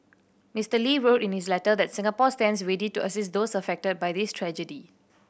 Mister Lee wrote in his letter that Singapore stands ready to assist those affected by this tragedy